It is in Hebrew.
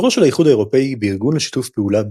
מקורו של האיחוד האירופי בארגון לשיתוף פעולה